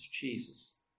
Jesus